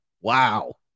Wow